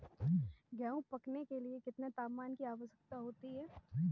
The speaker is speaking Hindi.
गेहूँ पकने के लिए कितने तापमान की आवश्यकता होती है?